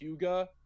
Huga